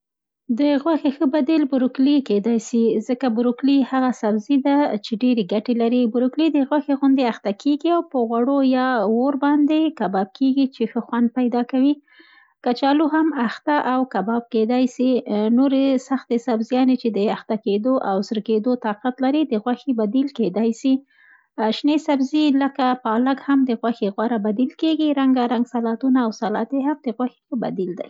د غوښې ښه بدیل بروکلي کیدای سي، ځکه بروکلي هغه سبزي ده چې ډېر ګټې لري. بروکلي د غوښې غوندې اخته کېږي او په غوړو یا اور باندې کباب کېږي چې ښه خوند پیدا کړي. کچالو هم اخته او کباب کیدای سي، نورې سختې سبزیانې چې د اخته کېدو او سره کېدو طاقت لري د غوښې بدیل کېدای سي. شنې سبزۍ، لکه: پالک هم د غوښې غوره بدیل کېږي. رنګا رنګ سلادونه او سالتې هم دغوښې ښه بدیل دي.